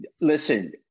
Listen